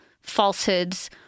falsehoods